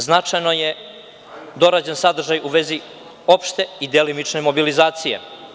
Značajno je dorađen sadržaj u vezi opšte i delimične mobilizacije.